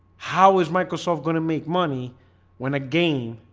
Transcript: how is microsoft gonna make money when a game